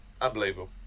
unbelievable